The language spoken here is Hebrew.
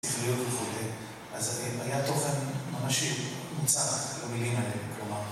ספריות וכו', אז היה תוכן ממשי מוצר, לא מילים עליהם, כלומר